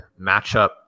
matchup